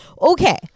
Okay